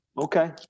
okay